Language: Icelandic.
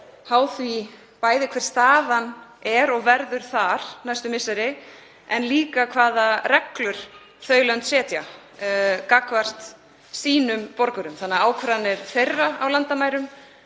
háð því hver staðan er og verður þar næstu misseri en líka hvaða reglur þau lönd setja gagnvart sínum borgurum. Ákvarðanir þeirra á landamærum